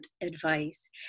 advice